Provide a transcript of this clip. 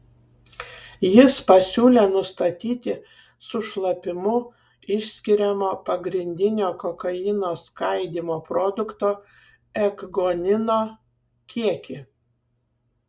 jis pasiūlė nustatyti su šlapimu išskiriamo pagrindinio kokaino skaidymo produkto ekgonino kiekį